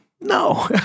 No